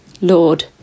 Lord